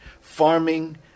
farming